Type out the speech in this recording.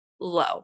low